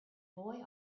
boy